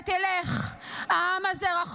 לא תצליח בהפיכה משטרית, לא תצליח בחוק